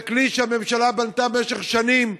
זה כלי שהממשלה בנתה במשך שנים,